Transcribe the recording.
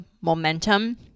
momentum